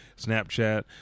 snapchat